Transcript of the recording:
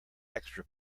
extra